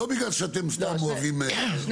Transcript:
לא בגלל שאתם סתם אוהבים ---,